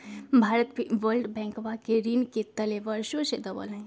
भारत भी वर्ल्ड बैंकवा के ऋण के तले वर्षों से दबल हई